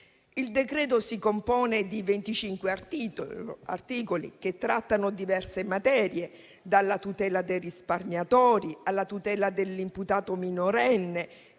Il decreto si compone di 25 articoli, che trattano diverse materie: dalla tutela dei risparmiatori alla tutela dell'imputato minorenne.